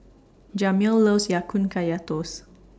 Jamil loves Ya Kun Kaya Toast